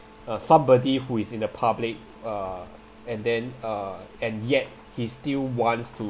uh somebody who is in the public uh and then uh and yet he still wants to